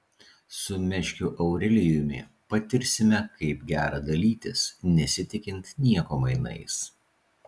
su meškiu aurelijumi patirsime kaip gera dalytis nesitikint nieko mainais